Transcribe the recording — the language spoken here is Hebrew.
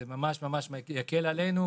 זה ממש-ממש יקל עלינו,